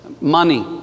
money